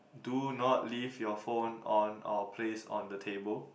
do not leave your phone on or placed on the table